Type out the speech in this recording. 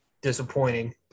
disappointing